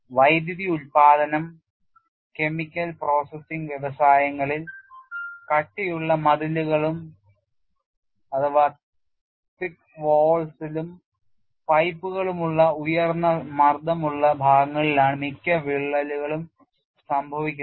വൈദ്യുതി ഉൽപാദന chemical processing വ്യവസായങ്ങളിൽ കട്ടിയുള്ള മതിലുകളും പൈപ്പുകളുമുള്ള ഉയർന്ന മർദ്ദമുള്ള ഭാഗങ്ങളിലാണ് മിക്ക വിള്ളലുകളും സംഭവിക്കുന്നത്